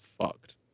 fucked